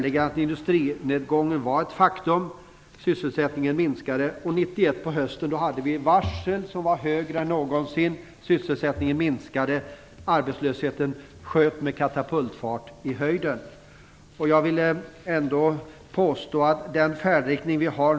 Industrinedgången var ett faktum, sysselsättningen minskade och vi hade hösten 1991 fler varsel än någonsin. Arbetslösheten sköt i höjden med katapultfart.